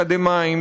אקדמאים,